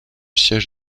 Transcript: siège